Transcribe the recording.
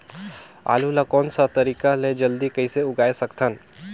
आलू ला कोन सा तरीका ले जल्दी कइसे उगाय सकथन?